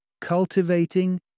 Cultivating